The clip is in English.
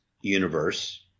Universe